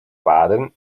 baden